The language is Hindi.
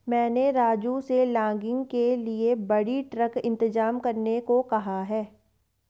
मैंने राजू से लॉगिंग के लिए बड़ी ट्रक इंतजाम करने को कहा है